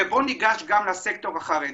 ניגש לסקטור החרדי,